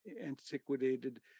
antiquated